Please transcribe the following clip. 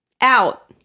out